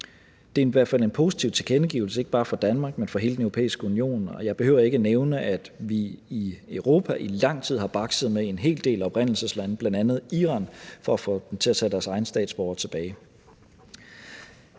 Det er i hvert fald en positiv tilkendegivelse, ikke bare for Danmark, men for hele Den Europæiske Union, og jeg behøver ikke at nævne, at vi i Europa i lang tid har bakset med en hel del oprindelseslande, bl.a. Iran, for at få dem til at tage deres egne statsborgere tilbage.